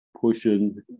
pushing